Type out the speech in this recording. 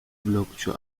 blogcu